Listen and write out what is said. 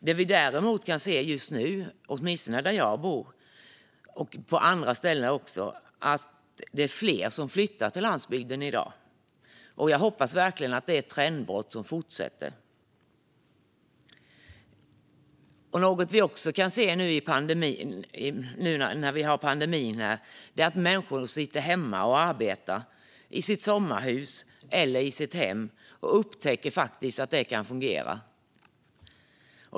Det vi däremot kan se just nu, åtminstone där jag bor och också på andra ställen, är att det är fler som flyttar till landsbygden i dag. Jag hoppas verkligen att det är ett trendbrott som fortsätter. Något vi också kan se nu när vi har pandemin är att människor sitter hemma och arbetar i sitt sommarhus eller i sitt hem och upptäcker att det faktiskt kan fungera.